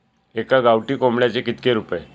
एका गावठी कोंबड्याचे कितके रुपये?